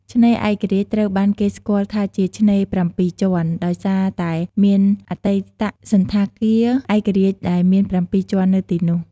ឆ្នេរឯករាជ្យ ត្រូវបានគេស្គាល់ថាជា ឆ្នេរ ៧ ជាន់ ដោយសារតែមានអតីតសណ្ឋាគារឯករាជ្យដែលមាន ៧ ជាន់នៅទីនោះ។